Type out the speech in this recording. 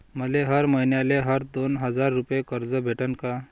मले हर मईन्याले हर दोन हजार रुपये कर्ज भेटन का?